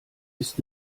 ist